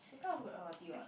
Sengkang also got L_R_T what